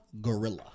Gorilla